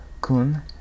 Kun